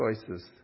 choices